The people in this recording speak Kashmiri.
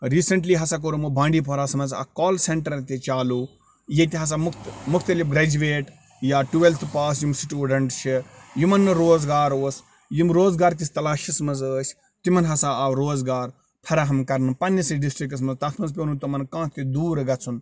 ریٖسیٚنٛٹلی ہسا کوٚر یِمو بانٛڈی پوراہَس منٛز اکھ کال سیٚنٹر تہِ چالو ییٚتہِ ہسا مختلف مختلف گرٛیجویٹ یا ٹُویٚلتھہٕ پاس یِم سُٹوٗڈنٛٹ چھِ یِمَن نہٕ روزگار اوس یِم روزگار کِس تَلاشَس منٛز ٲسۍ تِمَن ہسا آو روزگار فراہم کرنہٕ پَننِسٕے ڈِسٹِرٛکَس منٛز تَتھ منٛز پیٛو نہٕ تِمَن کانٛہہ تہِ دوٗر گژھُن